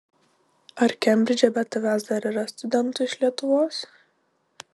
ar kembridže be tavęs dar yra studentų iš lietuvos